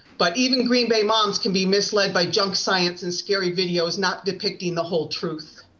but even green bay moms can be misled by junk science and scary videos not depicting the whole truth.